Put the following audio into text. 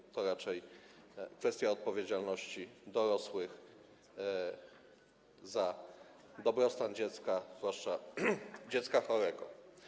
Jest to raczej kwestia odpowiedzialności dorosłych za dobrostan dzieci, zwłaszcza dzieci chorych.